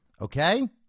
Okay